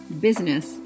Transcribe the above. business